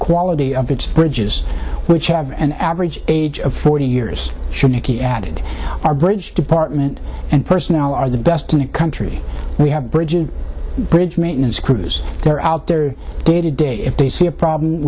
quality of its bridges which have an average age of forty years shouldn't he added our bridge department and personnel are the best in a country we have a bridge a bridge maintenance crews they're out there day to day if they see a problem